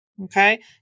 Okay